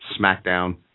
SmackDown